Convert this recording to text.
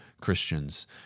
Christians